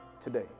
today